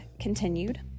continued